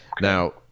Now